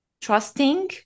trusting